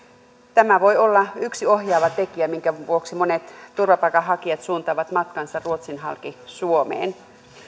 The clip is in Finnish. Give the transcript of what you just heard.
tämä voi olla yksi ohjaava tekijä minkä vuoksi monet turvapaikanhakijat suuntaavat matkansa ruotsin halki suomeen